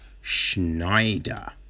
Schneider